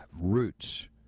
roots